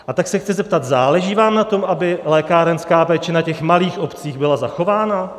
A tak se chci zeptat: Záleží vám na tom, aby lékárenská péče na těch malých obcích byla zachována?